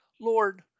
Lord